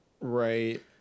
right